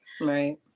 right